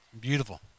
Beautiful